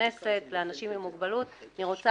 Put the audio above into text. בכנסת שנערך היום לאנשים עם מוגבלות אני רוצה